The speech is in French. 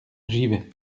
givet